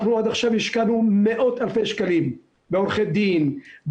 אנחנו עד עכשיו השקענו מאות אלפי שקלים בעורכי דין,